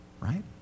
right